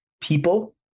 people